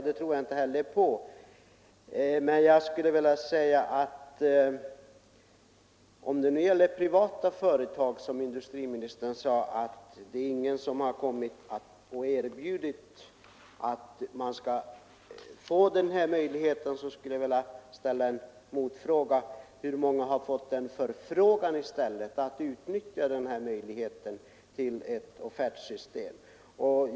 Men när industriministern säger att inga privata företag har kommit och erbjudit sig att etablera, om de får den här möjligheten, skulle jag vilja ställa en motfråga: Hur många har fått förfrågan om de vill utnyttja möjligheterna att tillämpa offertsystemet?